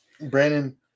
Brandon